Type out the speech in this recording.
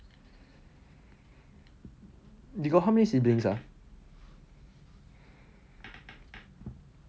you got how many siblings ah